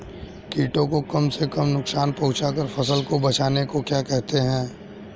कीटों को कम से कम नुकसान पहुंचा कर फसल को बचाने को क्या कहते हैं?